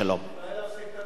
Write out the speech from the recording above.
אולי להפסיק את הטרור?